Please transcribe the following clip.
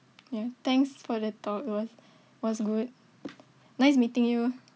ya thanks for the talk it was was good nice meeting you